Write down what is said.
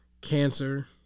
cancer